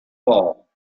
all